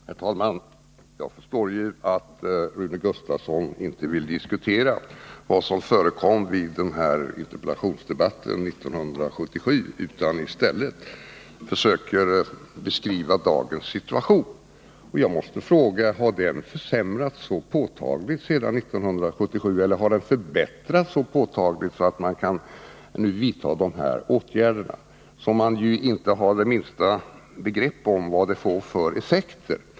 Herr talman! Jag förstår att Rune Gustavsson inte vill diskutera vad som förekom vid interpellationsdebatten 1977 utan i stället försöker beskriva dagens situation. Jag måste därför fråga: Har situationen försämrats så påtagligt sedan 1977? Eller har den förbättrats så påtagligt att man nu kan vidta de här åtgärderna — fastän man inte har det minsta begrepp om vilka effekter de får?